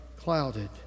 clouded